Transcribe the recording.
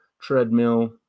treadmill